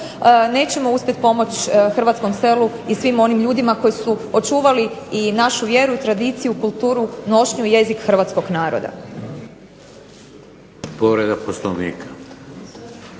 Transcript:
nećemo uspjeti pomoći hrvatskom selu i svim onim ljudima koji su očuvali i našu vjeru i tradiciju, kulturu, nošnju, jezik hrvatskog naroda.